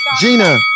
Gina